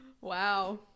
Wow